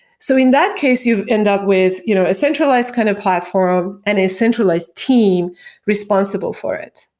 so in that case, you end up with you know a centralized kind of platform and a centralized team responsible for it.